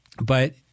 But-